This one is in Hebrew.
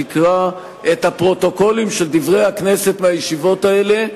שתקרא את הפרוטוקולים של "דברי הכנסת" מהישיבות האלה,